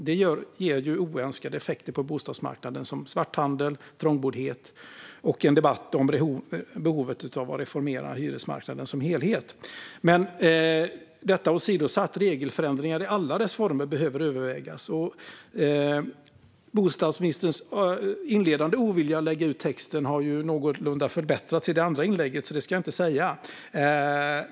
Det ger oönskade effekter på bostadsmarknaden, som svarthandel och trångboddhet, och en debatt om behovet av att reformera hyresmarknaden som helhet. Regelförändringar i alla former behöver övervägas. Bostadsministern hade i inledningen en ovilja att lägga ut texten. Det förbättrades någorlunda i det andra inlägget.